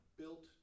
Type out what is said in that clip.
built